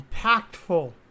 impactful